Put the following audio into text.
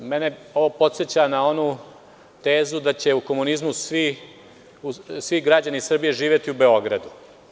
Mene ovo podseća na onu tezu da će u komunizmu svi građani Srbije živeti u Beogradu.